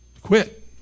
Quit